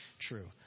true